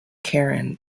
karin